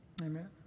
Amen